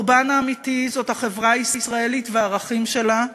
הקורבן האמיתי הוא החברה הישראלית והערכים שלה,